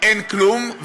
אין כלום,